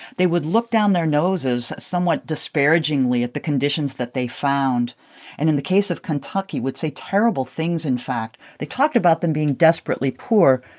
they would look down their noses somewhat disparagingly at the conditions that they found and in the case of kentucky would say terrible things, in fact. they talked about them being desperately poor,